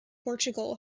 portugal